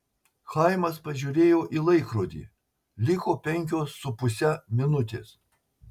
chaimas pažiūrėjo į laikrodį liko penkios su puse minutės